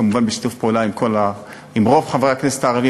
כמובן בשיתוף פעולה עם רוב חברי הכנסת הערבים,